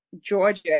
Georgia